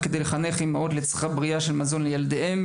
כדי לחנך אימהות לצריכה בריאה של מזון לילדיהם.